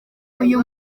uyu